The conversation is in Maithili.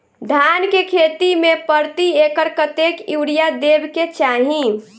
धान केँ खेती मे प्रति एकड़ कतेक यूरिया देब केँ चाहि?